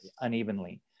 unevenly